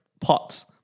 Pots